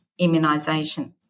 immunisation